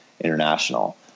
International